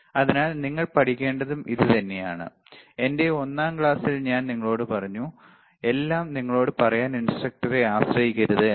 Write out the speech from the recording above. അതിനാൽ നിങ്ങൾ പഠിക്കേണ്ടതും ഇതുതന്നെയാണ് എന്റെ ഒന്നാം ക്ലാസ്സിൽ ഞാൻ നിങ്ങളോട് പറഞ്ഞു എല്ലാം നിങ്ങളോട് പറയാൻ ഇൻസ്ട്രക്ടറെ ആശ്രയിക്കരുത് എന്ന്